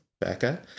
Becca